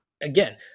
again